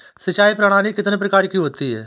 सिंचाई प्रणाली कितने प्रकार की होती है?